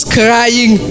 crying